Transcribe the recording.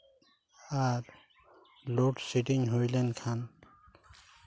ᱟᱨ load shedding ᱦᱩᱭ ᱞᱮᱱᱠᱷᱟᱱ